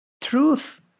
truth